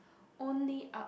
only up